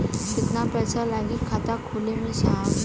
कितना पइसा लागि खाता खोले में साहब?